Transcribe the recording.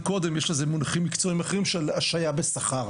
לו קודם יש לזה מונחים מקצועיים אחרים השעיה בשכר,